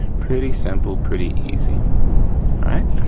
pretty simple, pretty easy. all right,